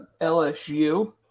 LSU